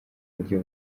buryo